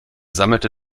sammelte